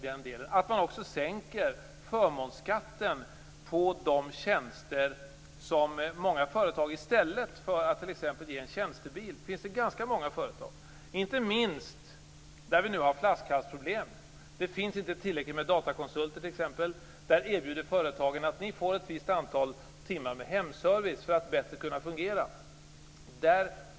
Man bör också sänka förmånsskatten på de tjänster som många företag erbjuder i stället för t.ex. tjänstebil. Ganska många företag, inte minst de som nu har flaskhalsproblem därför att det inte finns tillräckligt med datakonsulter t.ex., erbjuds de anställda ett visst antal timmar hemservice för att de skall kunna fungera bättre.